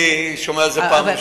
אני שומע על זה בפעם הראשונה.